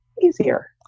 easier